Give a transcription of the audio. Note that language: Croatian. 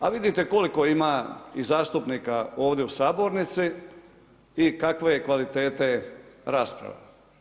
A vidite koliko ima i zastupnika ovdje u sabornici i kakve je kvalitete rasprava.